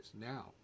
Now